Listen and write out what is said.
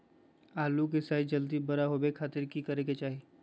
आलू के साइज जल्दी बड़ा होबे खातिर की करे के चाही?